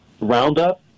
Roundup